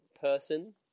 person